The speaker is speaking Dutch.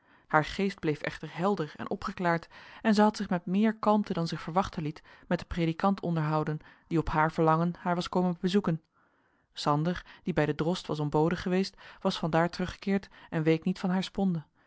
haar geest bleef echter helder en opgeklaard en zij had zich met meer kalmte dan zich verwachten liet met den predikant onderhouden die op haar verlangen haar was komen bezoeken sander die bij den drost was ontboden geweest was van daar teruggekeerd en week niet van haar sponde